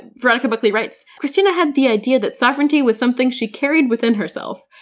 veronica buckley writes, kristina had the idea that sovereignty was something she carried within herself.